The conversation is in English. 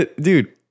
Dude